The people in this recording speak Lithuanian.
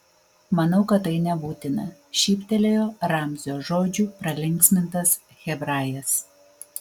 manau kad tai nebūtina šyptelėjo ramzio žodžių pralinksmintas hebrajas